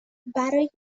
برای